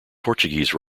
portuguese